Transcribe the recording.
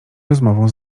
rozmową